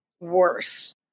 worse